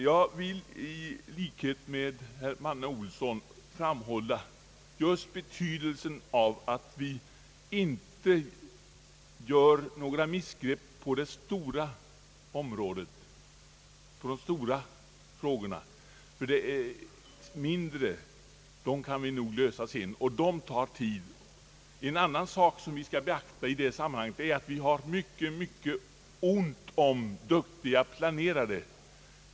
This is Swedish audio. Jag vill i likhet med herr Manne Olsson framhålla just betydelsen av att vi inte gör några missgrepp beträffande de stora frågorna, ty de mindre kan vi nog lösa sedan, och det får ta sin tid. En annan sak som vi bör beakta i detta sammanhang är att vi har mycket ont om duktiga planerare.